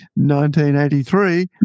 1983